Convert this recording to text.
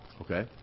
Okay